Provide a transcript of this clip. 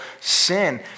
sin